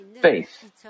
faith